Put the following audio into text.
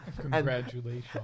Congratulations